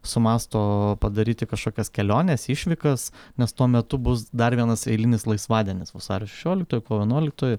sumąsto padaryti kažkokias keliones išvykas nes tuo metu bus dar vienas eilinis laisvadienis vasario šešioliktoji kovo vienuoliktoji